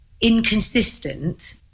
inconsistent